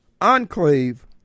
enclave